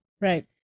Right